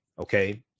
okay